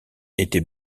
était